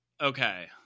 okay